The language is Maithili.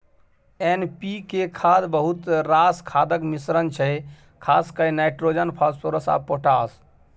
एन.पी.के खाद बहुत रास खादक मिश्रण छै खास कए नाइट्रोजन, फास्फोरस आ पोटाश